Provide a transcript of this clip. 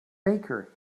baker